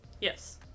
Yes